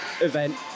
event